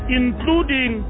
including